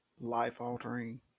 life-altering